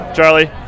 Charlie